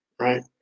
right